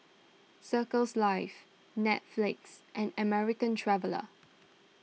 Circles Life Netflix and American Traveller